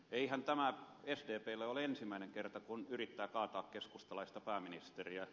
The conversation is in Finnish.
eihän tämä sdplle ole ensimmäinen kerta kun se yrittää kaataa keskustalaista pääministeriä